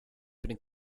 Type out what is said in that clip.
been